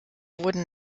wurden